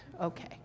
okay